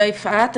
יפעת.